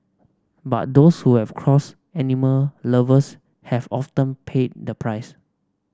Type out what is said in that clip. but those who have crossed animal lovers have often paid the price